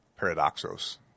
paradoxos